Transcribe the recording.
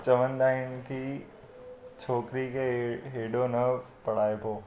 चवंदा आहिनि की छोकिरी खे इहे हेॾो न पढ़ाइॿो